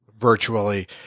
virtually